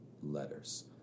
letters